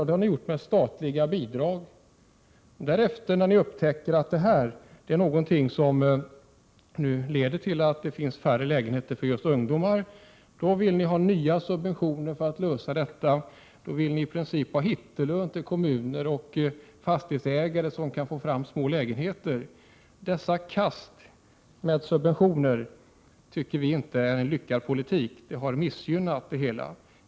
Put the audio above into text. Det har ni gjort med hjälp av de statliga bidragen. När ni sedan har upptäckt att det har lett till att det finns färre lägenheter för ungdomar vill ni ha nya subventioner för att kunna lösa denna fråga. Ni vill i princip ge kommuner och fastighetsägare hittelön om de kan få fram små lägenheter. Dessa kast med subventioner anser vi inte vara en lyckad politik. Detta har missgynnat bostadspolitiken.